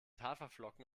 haferflocken